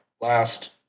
Last